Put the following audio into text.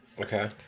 Okay